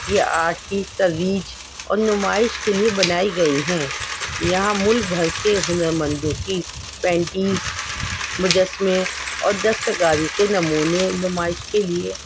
یہ آرٹ کی ترویج اور نمائش کے لیے بنائی گئی ہیں یہاں ملک بھر کے ہنرمندوں کی پینٹیز مجسمے اور دستکاری کے نمونے نمائش کے لیے